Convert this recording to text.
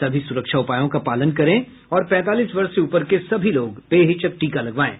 सभी सुरक्षा उपायों का पालन करें और पैंतालीस वर्ष से ऊपर के सभी लोग बेहिचक टीका लगवाएं